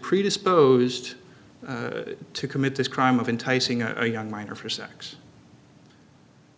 predisposed to commit this crime of enticing a young minor for sex